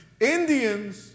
Indians